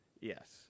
Yes